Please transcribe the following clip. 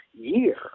Year